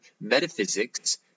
metaphysics